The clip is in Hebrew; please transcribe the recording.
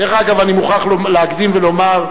דרך אגב, אני מוכרח להקדים ולומר,